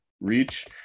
reach